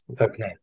Okay